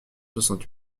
soixante